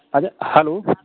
अरे हलो